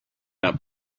out